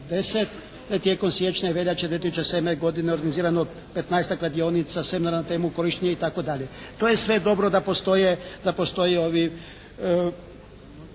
je tijekom siječnja i veljače 2007. godine organizirano 15-tak radionica, seminara na temu korištenje itd. To je sve dobro da postoje ovi,